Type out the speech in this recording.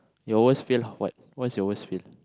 your fail what what is your worst fail